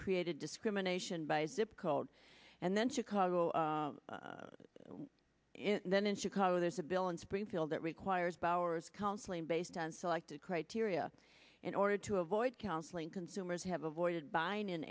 created discrimination by zip code and then chicago and then in chicago there's a bill in springfield that requires powers counseling based on selective criteria in order to avoid counseling consumers have avoided buying in